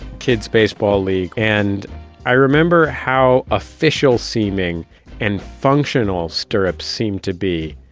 kid's baseball league and i remember how official seeming and functional stirrups seemed to be.